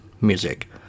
music